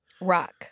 Rock